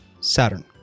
Saturn